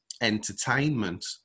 entertainment